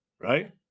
right